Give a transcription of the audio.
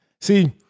See